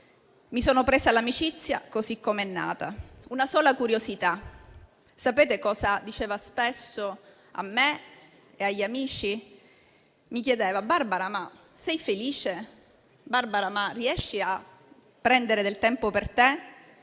Mi sono presa l'amicizia così come è nata. Una sola curiosità: sapete cosa diceva spesso a me e agli amici? Mi chiedeva: Barbara, ma sei felice? Riesci a prendere del tempo per te?